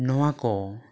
ᱱᱚᱣᱟ ᱠᱚ